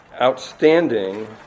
outstanding